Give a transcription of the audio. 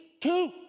two